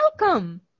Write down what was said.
Welcome